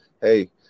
hey